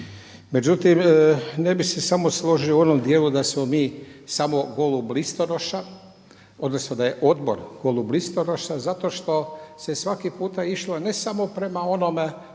Međutim, ne bih se samo složio u onom dijelu da smo mi samo golub listonoša, odnosno da je odbor golub listonoša zato što se svaki puta išlo ne samo prema onome